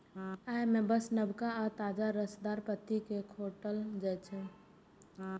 अय मे बस नवका आ ताजा रसदार पत्ती कें खोंटल जाइ छै